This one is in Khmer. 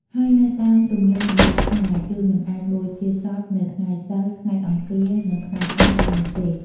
ហើយនៅតាមទន្លៀមទំលាប់ខ្មែរគឺមិនអាចបូជាសពនៅថ្ងៃសីល ថ្ងៃអង្គារនិងថ្ងៃសៅរ៍បាននោះទេ។